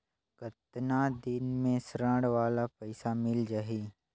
कतना दिन मे ऋण वाला पइसा मिल जाहि?